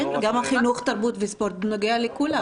גם חינוך, תרבות וספורט נוגע לכולם.